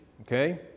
okay